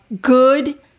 good